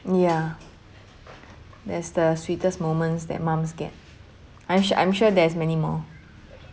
ya that's the sweetest moments that mums get I'm sure I'm sure there's many more